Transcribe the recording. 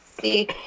see